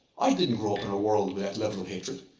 i didn't grow up in a world that level of hatred.